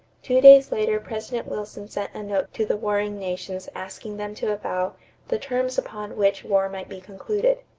two days later president wilson sent a note to the warring nations asking them to avow the terms upon which war might be concluded.